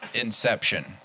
inception